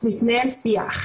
מתנהל שיחה.